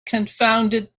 confounded